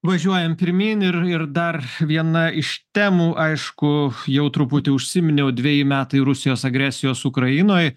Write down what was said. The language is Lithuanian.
važiuojam pirmyn ir ir dar viena iš temų aišku jau truputį užsiminiau dveji metai rusijos agresijos ukrainoj